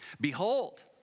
behold